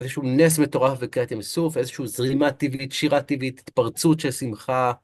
איזשהו נס מטורף בקריעת ים סוף, איזושהי זרימה טבעית, שירה טבעית, התפרצות של שמחה.